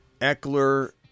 Eckler